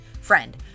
Friend